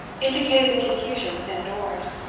indicated the confusion within doors.